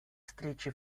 встрече